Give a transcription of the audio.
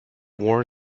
war